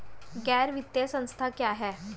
गैर वित्तीय संस्था क्या है?